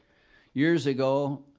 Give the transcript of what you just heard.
years ago,